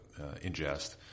ingest